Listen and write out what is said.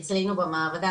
אצלנו במעבדה,